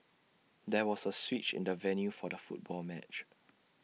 there was A switch in the venue for the football match